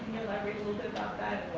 elaborate a little bit about that